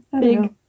big